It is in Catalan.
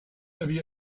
havia